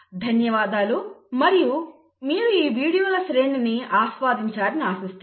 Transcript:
ధన్యవాదాలు మరియు మీరు ఈ వీడియోల శ్రేణిని ఆస్వాదించారని ఆశిస్తున్నాను